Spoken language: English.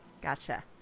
Gotcha